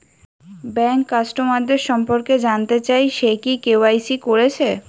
bank কাস্টমারদের সম্পর্কে জানতে চাই সে কি কে.ওয়াই.সি কোরেছে